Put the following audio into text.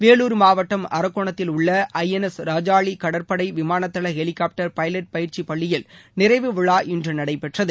வேலூர் மாவட்டம் அரக்கோணத்தில் உள்ள ஐ என் எஸ் ராஜாளி கடற்படை விமான தள ஹெலிகாப்டர் பைலட் பயிற்சி பள்ளியில் நிறைவு விழா இன்று நடைபெற்றது